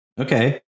Okay